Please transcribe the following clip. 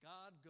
God